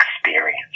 experience